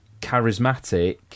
charismatic